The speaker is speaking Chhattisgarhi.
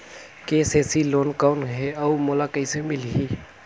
के.सी.सी लोन कौन हे अउ मोला कइसे मिलही?